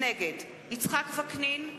נגד יצחק וקנין,